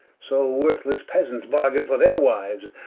so worthlesse pezants bargaine for their wiues,